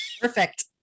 Perfect